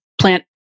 plant